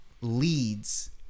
leads